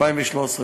2013,